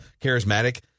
charismatic